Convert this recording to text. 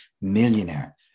millionaire